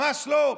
ממש לא.